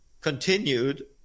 continued